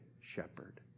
shepherd